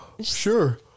Sure